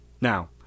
Now